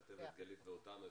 מכתב את גלית ואותנו,